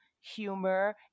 humor